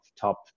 top